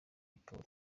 polly